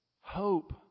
Hope